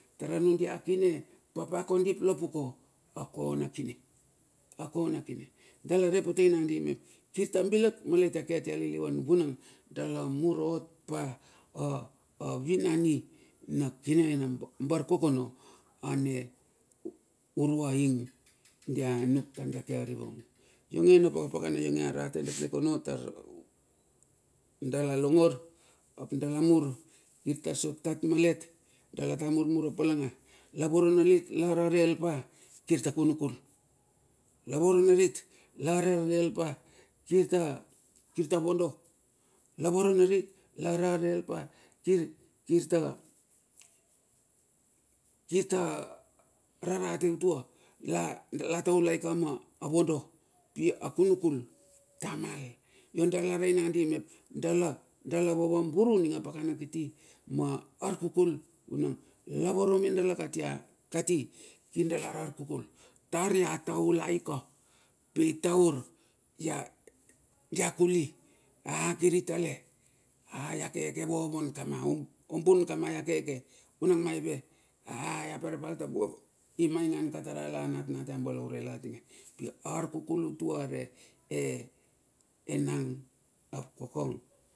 Tara nundia kine papa kondi lapuko, akona kine dalare pote nandi mep kirta bilak malet ke atia lilivan vunang dala mur ot pa a vinani na kine nina barkokono ane urua ing dia nuk tar dia ke arivung. Ionge na pakapakana ionge arate dekdek ono tar dala longor ap dala mur. kirta sot kat malet. Dala tar murmur apalanga lavoro narit lararel pa kirta kunukul lavoro narit lararel pa kirta kirta rarate utua lataulai ka ma vondo. Pi a kunukul tamal. Io dala rei nandi niep dala dala vavamburu ning a pakana kitti ma arkukul vuna lavoro medala kati kir dala ararkukul. Tar ia taulai ka. Pi taur dia kuli ea kiri tale. Ea ia kevovon kama. Ombun kama ia keke. Vunang maive ea ia pere pa al tambu ava imaingan ka tarala natnat ia balaure latinge pi arkukul utuia re enang ap kokong.